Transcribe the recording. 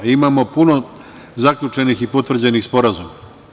Imamo puno zaključenih i potvrđenih sporazuma.